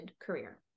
Career